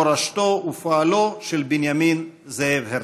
מורשתו ופועלו של בנימין זאב הרצל.